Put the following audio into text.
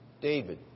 David